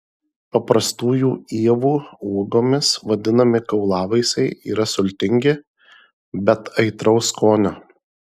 paprastųjų ievų uogomis vadinami kaulavaisiai yra sultingi bet aitraus skonio